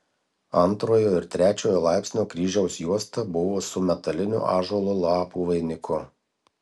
antrojo ir trečiojo laipsnio kryžiaus juosta buvo su metaliniu ąžuolo lapų vainiku